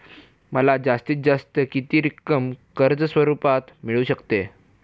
मला जास्तीत जास्त किती रक्कम कर्ज स्वरूपात मिळू शकते?